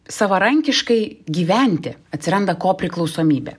savarankiškai gyventi atsiranda ko priklausomybė